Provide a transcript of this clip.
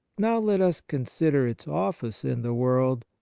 now let us consider its office in the world,